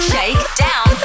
Shakedown